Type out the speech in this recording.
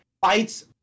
fights